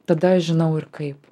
tada aš žinau ir kaip